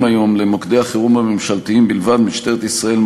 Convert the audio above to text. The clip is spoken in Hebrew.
היום למוקדי החירום הממשלתיים בלבד: משטרת ישראל,